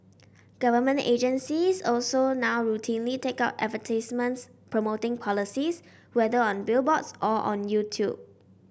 government agencies also now routinely take out advertisements promoting policies whether on billboards or on YouTube